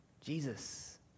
Jesus